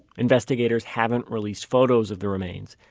investigators haven't released photos of the remains,